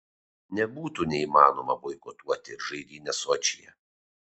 nebūtų neįmanoma boikotuoti ir žaidynes sočyje